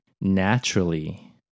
naturally